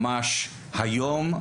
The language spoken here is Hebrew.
ממש היום,